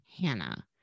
Hannah